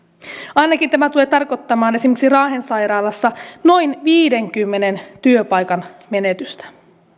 tämä tulee tarkoittamaan ainakin esimerkiksi raahen sairaalassa noin viidenkymmenen työpaikan menetystä